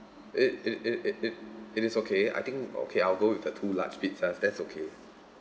it it it it it it is okay I think okay I'll go with the two large pizza that's okay